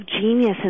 genius